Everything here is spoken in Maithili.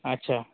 आच्छा